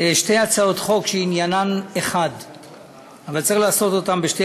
שתי הצעות חוק שעניינן אחד אבל צריך לעשות אותן בשתי